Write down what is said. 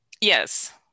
Yes